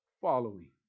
following